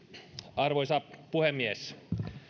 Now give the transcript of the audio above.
arvoisa puhemies